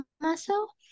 muscle